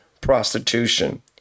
prostitution